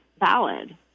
valid